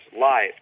life